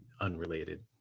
unrelated